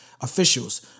officials